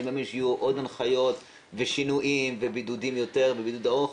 אני מאמין שיהיו עוד הנחיות ושינויים ובידודים יותר ובידוד ארוך,